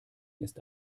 ist